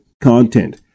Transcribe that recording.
content